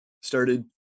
started